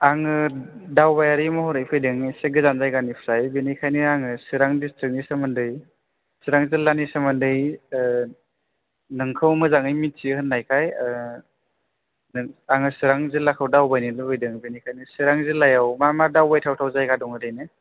आङो दावबायारि महरै फैदों एसे गोजान जायगानिफ्राय बेनिखायनो आङो चिरां डिस्ट्रिक्टनि सोमोन्दै चिरां जिल्लानि सोमोन्दै नोंखौ मोजाङै मिथियो होननायखाय आं चिरां जिल्लाखौ दावबायनो लुबैदों बेनिखायनो चिरां जिल्लायाव मा मा दावबायथावथाव जायगा दं ओरैनो